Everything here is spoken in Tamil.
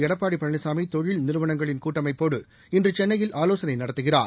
எடப்பாடி பழனிசாமி தொழில் நிறுவனங்களின் கூட்டமைப்போடு இன்று சென்னையில் ஆலோசனை நடத்துகிறார்